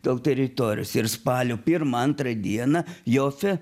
dėl teritorijos ir spalio pirmą antrą dieną jofe